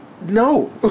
No